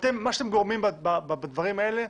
מה שאתם גורמים בדברים האלה,